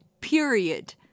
period